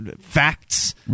facts